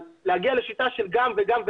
להגיע לשיטה של גם וגם,